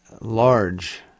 Large